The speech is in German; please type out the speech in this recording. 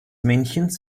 männchens